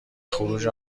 خروج